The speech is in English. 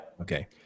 Okay